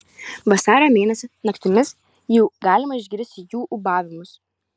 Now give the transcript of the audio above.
vasario mėnesį naktimis jau galima išgirsti jų ūbavimus